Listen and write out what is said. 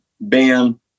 bam